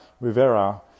Rivera